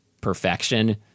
perfection